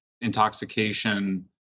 intoxication